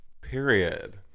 Period